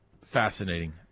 fascinating